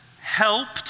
helped